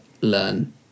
learn